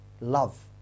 love